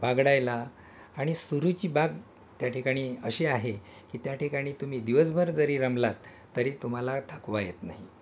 बागडायला आणि सुरूची बाग त्या ठिकाणी अशी आहे की त्या ठिकाणी तुम्ही दिवसभर जरी रमलात तरी तुम्हाला थकवा येत नाही